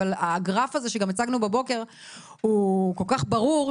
אבל הגרף שהצגנו בבוקר הוא כל כך ברור,